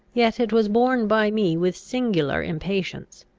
yet it was borne by me with singular impatience.